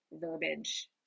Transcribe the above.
verbiage